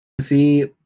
see